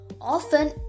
often